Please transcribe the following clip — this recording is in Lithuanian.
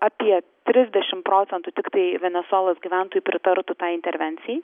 apie trisdešim procentų tiktai venesuelos gyventojų pritartų tai intervencijai